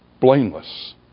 blameless